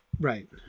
Right